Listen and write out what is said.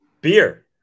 beer